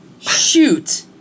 Shoot